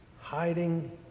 hiding